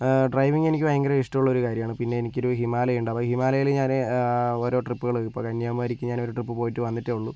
driving എനിക്ക് ഭയങ്കര ഇഷ്ടമുള്ള ഒരു കാര്യമാണ് പിന്നെ എനിക്ക് ഒരു ഹിമാലയ ഉണ്ട് ഹിമാലയില് ഞാൻ ഓരോ ട്രിപ്പുകള് ഇപ്പോൾ കന്യാകുമാരിക്ക് ഞാൻ ഒരു ട്രിപ്പ് പോയിട്ട് വന്നിട്ടേ ഉളളൂ